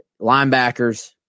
linebackers